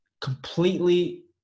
completely